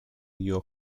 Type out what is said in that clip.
your